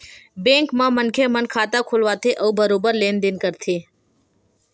bank म मनखे मन खाता खोलवाथे अउ बरोबर लेन देन करथे